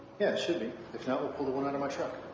yeah, should be. if not, we'll pull the one out of my truck.